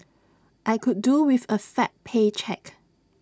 I could do with A fat paycheck